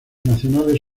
nacionales